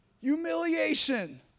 Humiliation